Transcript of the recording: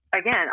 again